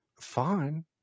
fine